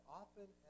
often